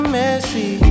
messy